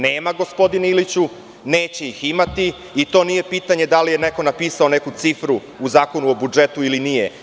Nema, gospodine Iliću, neće ih imati i to nije pitanje da li je neko napisao neku cifru u Zakonu o budžetu ili nije.